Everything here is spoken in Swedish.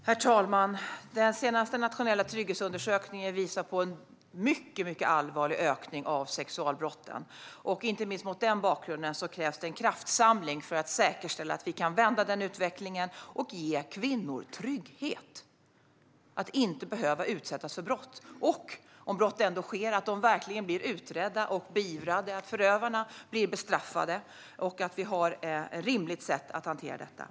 Herr talman! Den senaste nationella trygghetsundersökningen visar på en mycket allvarlig ökning av sexualbrott. Inte minst mot denna bakgrund krävs en kraftsamling för att säkerställa att vi kan vända utvecklingen och ge kvinnor trygghet att inte behöva utsättas för brott och om brott ändå sker att de verkligen bli utredda och beivrade så att förövarna blir bestraffade. Vi måste ha ett rimligt sätt att hantera detta.